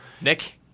Nick